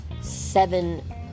seven